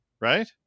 right